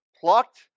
plucked